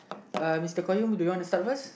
uh Mister Qayyum do you want start first